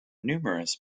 numerous